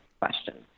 questions